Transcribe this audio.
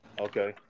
Okay